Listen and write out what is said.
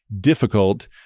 difficult